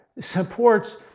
supports